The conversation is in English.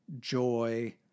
joy